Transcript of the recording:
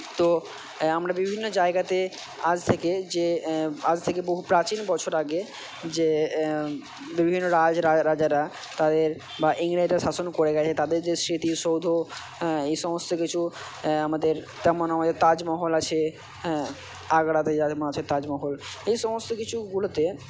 তো আমরা বিভিন্ন জায়গাতে আজ থেকে যে আজ থেকে বহু প্রাচীন বছর আগে যে বিভিন্ন রাজ রা রাজারা তাদের বা ইংরেজরা শাসন করে গেছে তাদের যে স্মৃতিসৌধ এই সমস্ত কিছু আমাদের তেমন আমাদের তাজমহল আছে হ্যাঁ আগ্রাতে যে আছে মাঝে তাজমহল এই সমস্ত কিছুগুলোতে